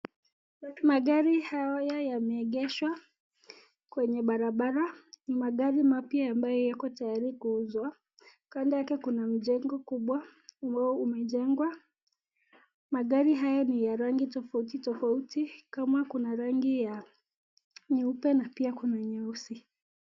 Magari haya yameegeshwa kwenye barabara magari mapya amabyo yako tayari kuuzwa, kando yake kuna mjengo kubwa amabo umejengwa , magari haya ni ya rangi tofautitofauti kama kuna rangi nyeupe na pia kuna rangi nyeusi.